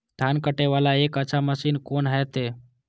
धान कटे वाला एक अच्छा मशीन कोन है ते?